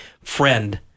friend